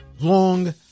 long